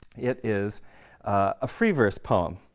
it is a free verse poem.